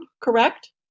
correct